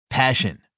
Passion